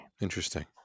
Interesting